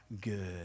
good